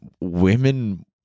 women